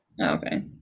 Okay